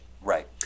Right